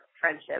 friendship